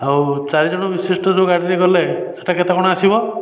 ଆଉ ଚାରିଜଣ ବିଶିଷ୍ଟ ଯେଉଁ ଗାଡ଼ିରେ ଗଲେ ସେହିଟା କେତେ କ'ଣ ଆସିବ